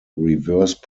reverse